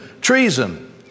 treason